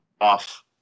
off